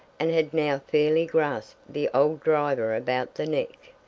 and had now fairly grasped the old driver about the neck.